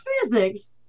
physics